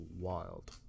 wild